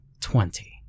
twenty